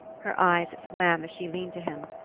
her eyes swam as she leaned to him.